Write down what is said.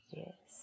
yes